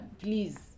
please